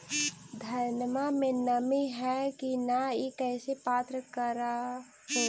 धनमा मे नमी है की न ई कैसे पात्र कर हू?